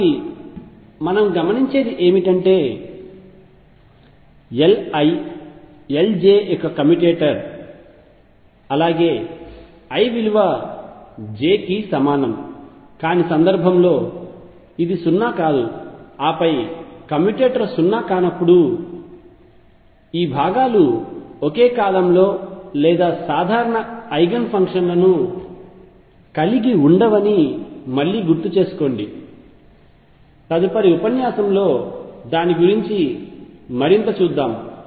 కాబట్టి మనం గమనించేది ఏమిటంటే Li Lj యొక్క కమ్యుటేటర్ అలాగే i విలువ j కి సమానం కాని సందర్భంలో ఇది సున్నా కాదు ఆపై కమ్యుటేటర్ సున్నా కానప్పుడు ఈ భాగాలు ఒకే కాలంలో లేదా సాధారణ ఐగెన్ ఫంక్షన్లను కలిగి ఉండవని మళ్లీ గుర్తుచేసుకోండి తదుపరి ఉపన్యాసంలో దాని గురించి మరింత చూద్దాం